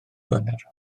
gwener